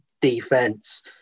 defense